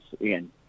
again